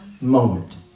moment